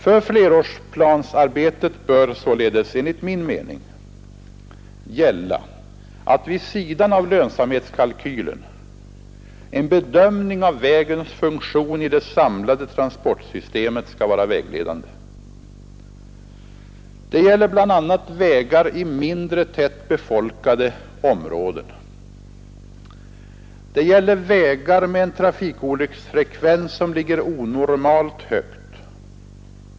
För flerårsplanearbetet bör således enligt min mening gälla att vid sidan av lönsamhetskalkylen en bedömning av vägens funktion i det samlade transportsystemet skall vara vägledande. Det gäller bl.a. vägar i mindre tätt befolkade områden. Det gäller vägar med en trafikolycksfrekvens som ligger onormalt högt.